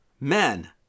men